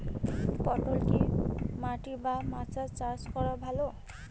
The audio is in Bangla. পটল কি মাটি বা মাচায় চাষ করা ভালো?